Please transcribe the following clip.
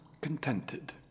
contented